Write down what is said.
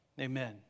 amen